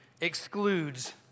excludes